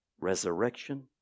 resurrection